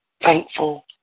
thankful